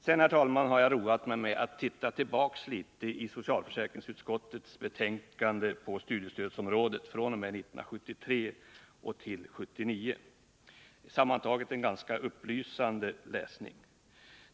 Sedan, herr talman, har jag roat mig med att titta tillbaka litet i socialförsäkringsutskottets betänkanden på studiestödsområdet fr.o.m. 1973 och till 1979, sammantaget en ganska upplysande läsning.